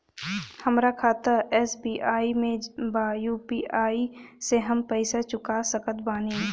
हमारा खाता एस.बी.आई में बा यू.पी.आई से हम पैसा चुका सकत बानी?